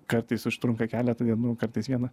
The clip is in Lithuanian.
kartais užtrunka keletą dienų kartais vieną